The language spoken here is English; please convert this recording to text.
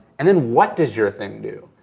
and then what does your thing do?